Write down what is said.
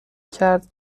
کرد